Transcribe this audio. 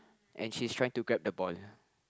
and she's trying to grab the ball